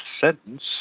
sentence